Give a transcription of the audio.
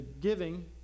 giving